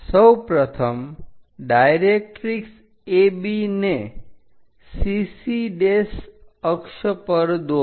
સૌપ્રથમ directrix AB ને CC અક્ષ પર દોરો